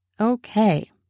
Okay